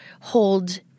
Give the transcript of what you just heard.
hold